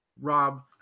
Rob